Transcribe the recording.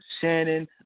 Shannon